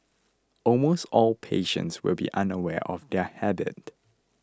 almost all patients will be unaware of their habit